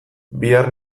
bihar